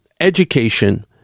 Education